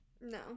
no